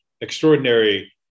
extraordinary